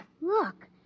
Look